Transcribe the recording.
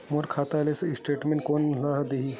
मोर खाता के स्टेटमेंट कोन ह देही?